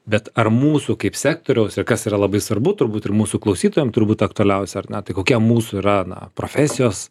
bet ar mūsų kaip sektoriaus ir kas yra labai svarbu turbūt ir mūsų klausytojam turbūt aktualiausia ar ne tai kokia mūsų yra na profesijos